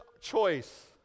choice